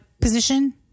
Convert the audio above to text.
position